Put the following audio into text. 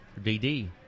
DD